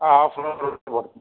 half an అవర్లో